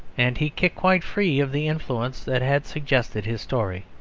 and he kicked quite free of the influences that had suggested his story.